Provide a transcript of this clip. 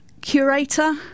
curator